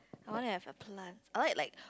I wanna have a plant I like like